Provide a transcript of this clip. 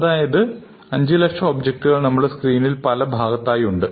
അതായത് 500000 ഒബ്ജക്റ്റകൾ നമ്മുടെ സ്ക്രീനിൽ പലഭാഗത്തായി ആയി ഉണ്ട്